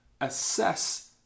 assess